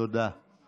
הוא ביקש,